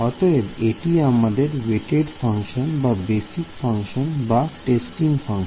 অতএব এটি আমাদের ওয়েট ফাংশন বা বেসিক ফাংশন বা টেস্টিং ফাংশন